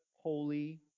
holy